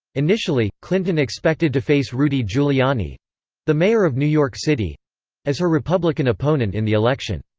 initially, clinton expected to face rudy giuliani the mayor of new york city as her republican opponent in the election.